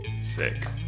sick